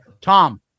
Tom